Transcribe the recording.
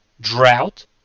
drought